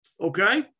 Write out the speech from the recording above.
Okay